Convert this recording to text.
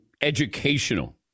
educational